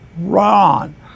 Ron